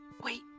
Wait